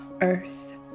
earth